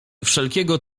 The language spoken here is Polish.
wszelkiego